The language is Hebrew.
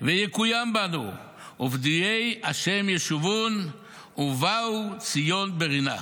ויקוים בנו "ופדויי ה' ישובון ובאו ציון ברנה".